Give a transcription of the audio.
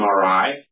MRI